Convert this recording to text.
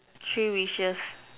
three wishes